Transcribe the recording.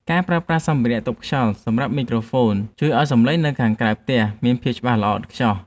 ការប្រើប្រាស់សម្ភារៈទប់ខ្យល់សម្រាប់មីក្រូហ្វូនជួយឱ្យសំឡេងនៅខាងក្រៅផ្ទះមានភាពច្បាស់ល្អឥតខ្ចោះ។